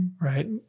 Right